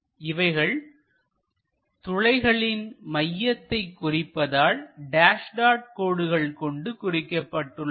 இவைகள் துளைகளின் மையத்தை குறிப்பதால் டேஸ் டாட் கோடுகள் கொண்டு குறிக்கப்பட்டுள்ளன